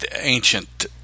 ancient